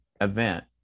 event